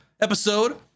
episode